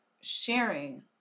sharing